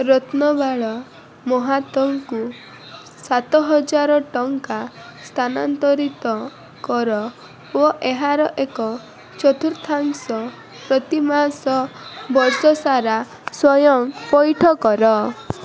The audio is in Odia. ରତ୍ନବାଳା ମହାତଙ୍କୁ ସାତହାଜର ଟଙ୍କା ସ୍ଥାନାନ୍ତରିତ କର ଓ ଏହାର ଏକ ଚତୁର୍ଥାଂଶ ପ୍ରତିମାସ ବର୍ଷ ସାରା ସ୍ଵୟଂପଇଠ କର